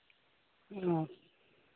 ᱚ